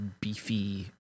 beefy